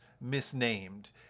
misnamed